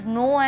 no